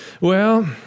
Well